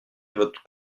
vote